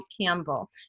Campbell